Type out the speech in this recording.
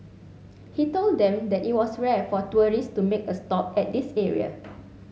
he told them that it was rare for tourists to make a stop at this area